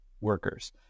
workers